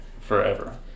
forever